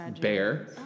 Bear